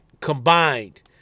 combined